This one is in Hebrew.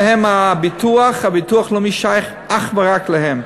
ביטוח לאומי שייך אך ורק להם,